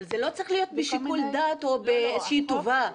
אבל זה לא צריך להיות בשיקול דעת או באיזושהי טובה.